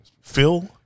Phil